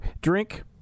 Drink